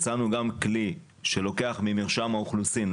הצענו גם כלי שלוקח ממרשם האוכלוסין,